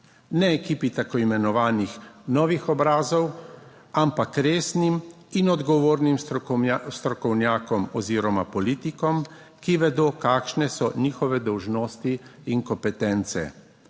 ne ekipi tako imenovanih novih obrazov, ampak resnim in odgovornim strokovnjakom oziroma politikom, ki vedo, kakšne so njihove dolžnosti in kompetence,